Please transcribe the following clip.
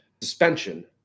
suspension